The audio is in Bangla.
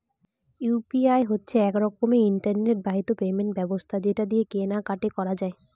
ইউ.পি.আই হচ্ছে এক রকমের ইন্টারনেট বাহিত পেমেন্ট ব্যবস্থা যেটা দিয়ে কেনা কাটি করা যায়